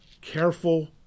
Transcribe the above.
careful